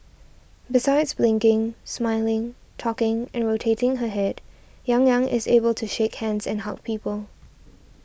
besides blinking smiling talking and rotating her head Yang Yang is able shake hands and hug people